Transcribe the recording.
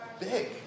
big